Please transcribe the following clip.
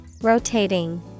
rotating